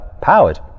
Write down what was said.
powered